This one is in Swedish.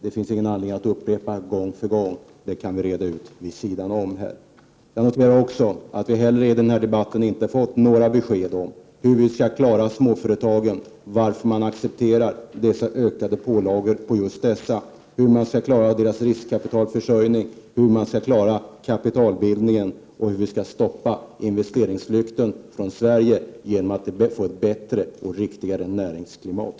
Det finns ingen anledning att upprepa gång för gång, utan det kan vi reda ut vid sidan om senare. Jag noterar också att vi inte heller i den här debatten har fått några besked om hur vi skall klara småföretagen och varför man accepterar alla ökade pålagor på just dessa, hur man skall klara av deras riskkapitalförsörjning, hur vi skall klara kapitalbildningen och hur vi skall stoppa investeringsflykten från Sverige genom att få ett bättre och riktigare näringslivsklimat.